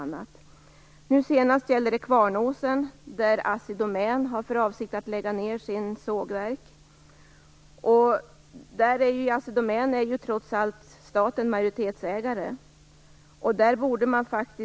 Nu senast gäller det Kvarnåsen. Assi Domän har för avsikt att lägga ned sitt sågverk där. I fråga om Assi Domän är staten trots allt majoritetsägare.